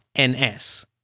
NS